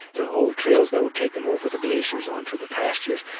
the old trails that would take them over the glaciers onto the pastures,